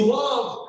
love